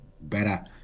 better